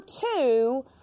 two